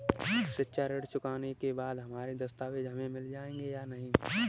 शिक्षा ऋण चुकाने के बाद हमारे दस्तावेज हमें मिल जाएंगे या नहीं?